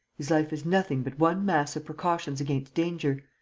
his life is nothing but one mass of precautions against danger.